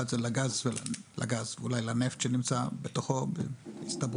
אחד זה למאגרי הגז אולי לנפט שנמצא בתוכו בהסתברות